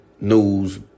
news